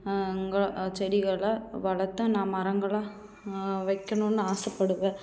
கோ செடிகளை வளர்த்து நான் மரங்களாக வைக்கணுன்னு ஆசைப்படுவேன்